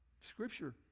Scripture